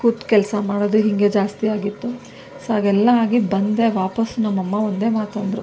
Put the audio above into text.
ಕೂತು ಕೆಲಸ ಮಾಡೋದು ಹೀಗೆ ಜಾಸ್ತಿ ಆಗಿತ್ತು ಸೊ ಅವೆಲ್ಲ ಆಗಿ ಬಂದೆ ವಾಪಸ್ಸು ನಮ್ಮಮ್ಮ ಒಂದೇ ಮಾತಂದ್ರು